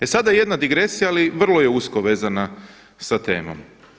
E sada jedna digresija, ali vrlo je usko vezana sa temom.